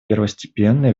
первостепенное